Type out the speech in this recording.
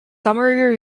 summary